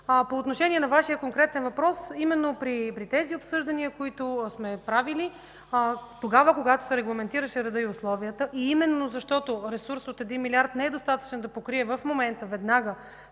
По отношение на Вашия конкретен въпрос. Именно тези обсъждания, които сме правили, когато се регламентираха редът и условията, и именно защото ресурсът от 1 милиард не е достатъчен да покрие в момента, веднага